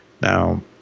Now